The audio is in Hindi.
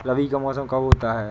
रबी का मौसम कब होता हैं?